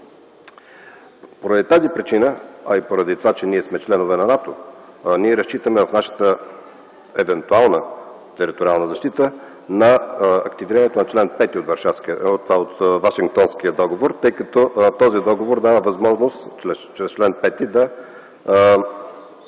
Поради тази причина, а и поради това, че сме членове на НАТО, в нашата евентуална териториална защита, ние разчитаме на активирането на чл. 5 от Вашингтонския договор, тъй като този договор дава възможност чрез чл. 5 да